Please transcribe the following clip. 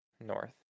North